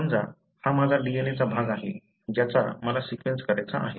समजा हा माझा DNA चा भाग आहे ज्याचा मला सीक्वेन्स करायचा आहे